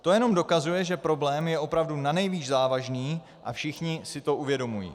To jenom dokazuje, že problém je opravdu nanejvýš závažný, a všichni si to uvědomují.